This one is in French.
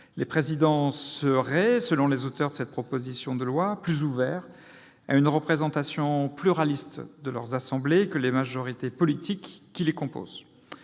Ces derniers seraient, selon les auteurs de cette proposition de loi, plus ouverts à une représentation pluraliste de leurs assemblées que les majorités politiques qui les composent.